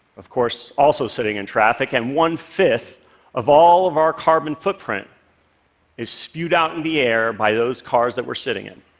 of course also sitting in traffic, and one-fifth of all of our carbon footprint is spewed out in the air by those cars that we're sitting in.